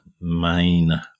main